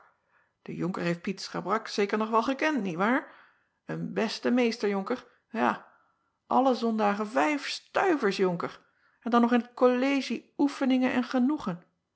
de onker heeft iet chabrak zeker nog wel gekend niet waar een beste meester onker ja alle ondagen vijf stuivers onker en dan nog in het kollegie efening en genoegen